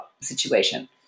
situation